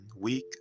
week